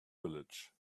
village